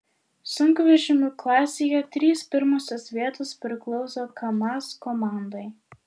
sunkvežimių klasėje trys pirmosios vietos priklauso kamaz komandai